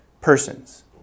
persons